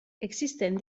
existen